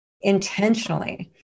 intentionally